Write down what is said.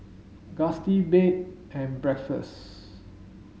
Gusti Bed and Breakfast